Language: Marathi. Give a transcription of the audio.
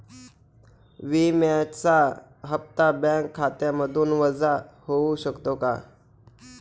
विम्याचा हप्ता बँक खात्यामधून वजा होऊ शकतो का?